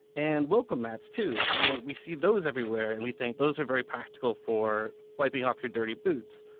and welcome mats too, you know we see those everywhere and we think those are very practical for wiping off your dirty boots.